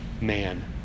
man